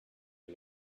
you